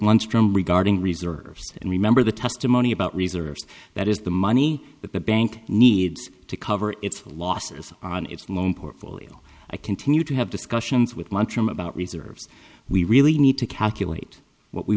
one strum regarding reserves and remember the testimony about reserves that is the money that the bank needs to cover its losses on its loan portfolio i continue to have discussions with mantra about reserves we really need to calculate what we